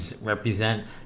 represent